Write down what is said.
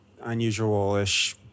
unusual-ish